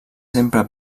sempre